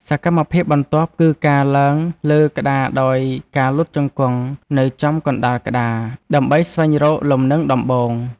សកម្មភាពបន្ទាប់គឺការឡើងលើក្តារដោយការលុតជង្គង់នៅចំកណ្ដាលក្តារ ដើម្បីស្វែងរកលំនឹងដំបូង។